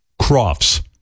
Crofts